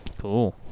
cool